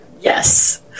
Yes